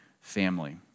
family